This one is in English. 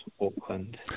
Auckland